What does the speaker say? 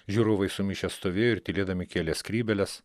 žiūrovai sumišę stovėjo ir tylėdami kėlė skrybėles